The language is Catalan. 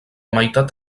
meitat